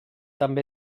també